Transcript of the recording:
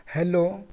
hello